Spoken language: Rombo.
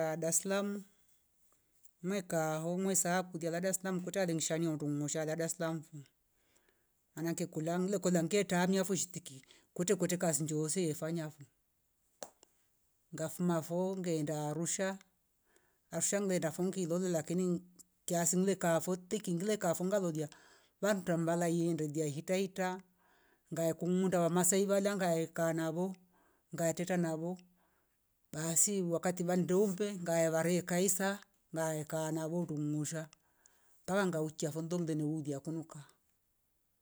Aahh daslamu mweka homwe saa kulia labda sina mkuta lenga nishwa undungusha la daslamu vhhm. maanake kulanglo kola nge tamia fushtiki kute kweteka sjoonze ye fanya fo ngafuma fo ngeenda arusha. Arsuah ngeenda fungi lole lakini kiasi mlole kafotii kingile kafunga lolia vamtamba lailee ndojae hitahita ngaekunda wamasai vala ngaeka navo ngaetata navo basi wakati vandoombe ngaaya vare kaisa ngae kaanavo ndungusha mpaka ngauchia fondole ndeulia kunuka